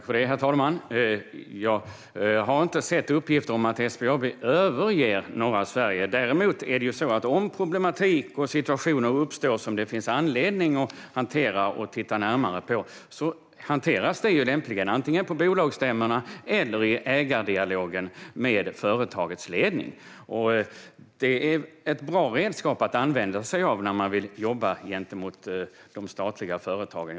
Herr talman! Jag har inte sett uppgifter om att SBAB överger norra Sverige. Däremot är det ju så att om det uppstår problematik och situationer som det finns anledning att hantera och titta närmare på hanteras detta lämpligen antingen på bolagsstämmorna eller i ägardialogen med företagets ledning. Det är ett bra redskap att använda sig av när man vill jobba gentemot de statliga företagen.